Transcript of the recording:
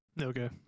Okay